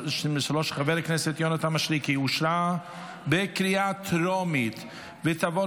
של חבר הכנסת יונתן מישרקי אושרה בקריאה טרומית ותעבור